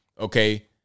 Okay